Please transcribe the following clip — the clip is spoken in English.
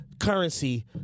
Currency